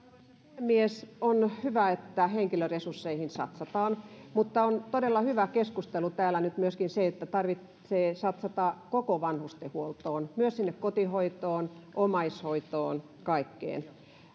puhemies on hyvä että henkilöresursseihin satsataan mutta on todella hyvä keskustella täällä nyt myöskin siitä että tarvitsee satsata koko vanhustenhuoltoon myös sinne kotihoitoon omaishoitoon kaikkeen